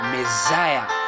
Messiah